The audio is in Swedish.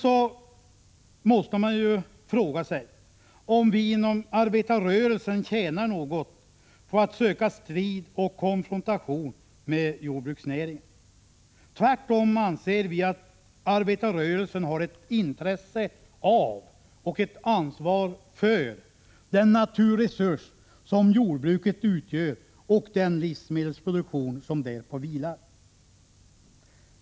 Sedan måste man fråga sig om vi inom arbetarrörelsen tjänar något på att söka strid och konfrontation med jordbruksnäringen. Tvärtom anser vi att arbetarrörelsen har ett intresse av och ett ansvar för den naturresurs som jordbruket utgör och den livsmedelsproduktion som därpå vilar.